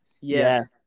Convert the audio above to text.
Yes